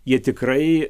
jie tikrai